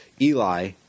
Eli